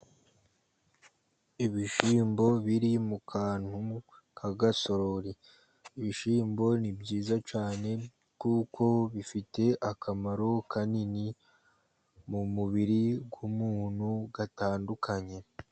Ibishyimbo biri mu kantu ka gasorori. Ibishyimbo ni byiza cyane kuko bifite akamaro kanini mu mubiri w'umuntu gatandukanye.